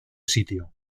sitio